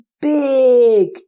big